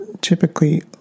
typically